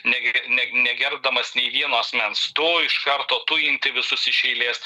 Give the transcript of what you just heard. negi neg negerbdamas nei vieno asmens tu iš karto tujinti visus iš eilės